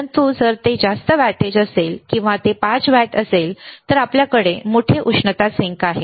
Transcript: परंतु जर ते जास्त वॅटेज असेल किंवा ते 5 वॅट असेल तर आपल्याकडे मोठे उष्णता सिंक आहे